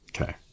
Okay